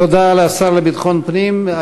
תודה לשר לביטחון פנים.